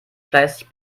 fleißig